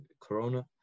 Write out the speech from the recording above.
corona